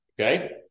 okay